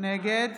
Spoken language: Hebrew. נגד